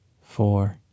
Four